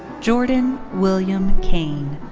jordan william cain.